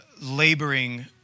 laboring